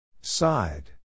Side